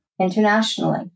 internationally